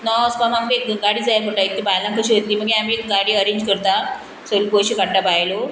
णवां वचपाक आमकां एक गाडी जाय पडटा इतलीं बायलां कशीं वतलीं मागीर आमी गाडी अरेंज करता सगळीं पयशे काडटा बायलो